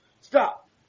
stop